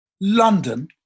london